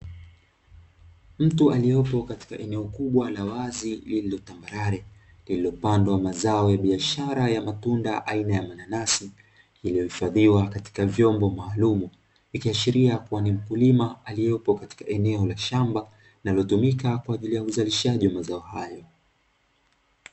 Mtu aliyeopo katika kubwa la wazi lililotambarare lililopandwa mazao ya biashara ya matunda aina ya mananasi iliyohifadhiwa katika vyombo maalumu . Ikiashiria kuwa ni mkulima aliyepo katika eneo la shamba linalotumika katika uzalishaji kwa ajili ya uzalishaji wa mazao hayo.